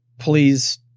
Please